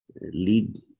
lead